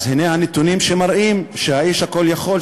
אז הנה הנתונים שמראים שהאיש הכול-יכול,